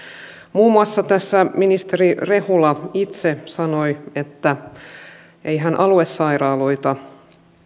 muun muassa tässä ministeri rehula itse sanoi että eihän aluesairaaloita